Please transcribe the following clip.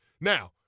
Now